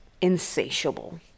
insatiable